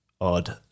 odd